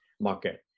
market